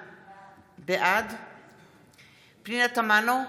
נגד עפר שלח, בעד איציק שמולי,